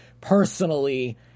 personally